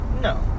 No